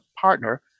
partner